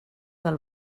del